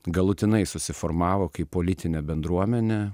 galutinai susiformavo kaip politinė bendruomenė